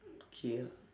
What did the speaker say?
okay ah